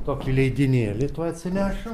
tokį leidinėlį tuoj atsinešiu